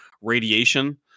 radiation